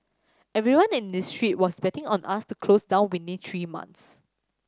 everyone in this street was betting on us to close down within three months